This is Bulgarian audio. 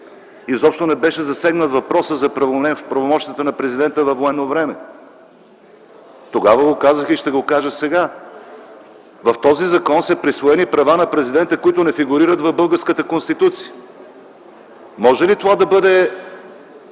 изобщо не беше засегнат въпросът за правомощията на президента във военно време. Тогава го казах и ще го кажа сега – в този закон са присвоени права на президента, които не фигурират в българската Конституция. Може ли това да бъде